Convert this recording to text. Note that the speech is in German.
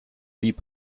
lieb